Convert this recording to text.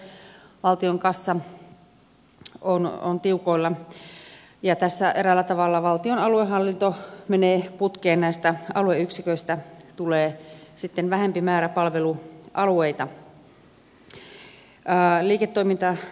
valtion kassa on tiukoilla ja tässä eräällä tavalla valtion aluehallinto menee putkeen näistä alueyksiköistä tulee sitten vähempi määrä palvelualueita